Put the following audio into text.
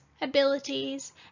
abilities